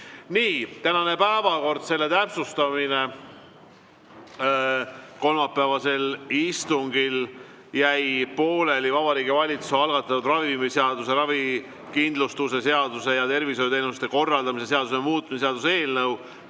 tänane päevakord, selle täpsustamine. Kolmapäevasel istungil jäi pooleli Vabariigi Valitsuse algatatud ravimiseaduse, ravikindlustuse seaduse ja tervishoiuteenuste korraldamise seaduse muutmise seaduse eelnõu